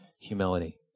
humility